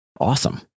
awesome